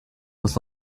muss